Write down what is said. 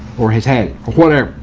or his head or whatever.